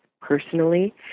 personally